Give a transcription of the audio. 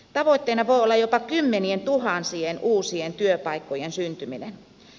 tavoitteena voi olla jopa kymmenientuhansien uusien työpaikkojen syntyminen